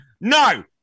No